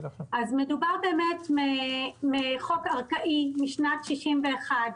מדובר בחוק ארכאי משנת 61',